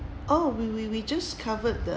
oh we we we just covered the